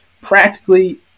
practically